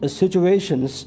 situations